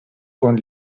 con